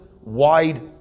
wide